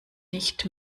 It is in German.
nicht